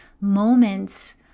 moments